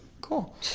Cool